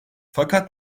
fakat